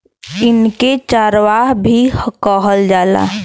इनके चरवाह भी कहल जाला